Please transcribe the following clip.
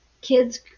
kids